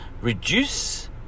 Reduce